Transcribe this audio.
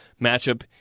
matchup